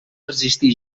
resistir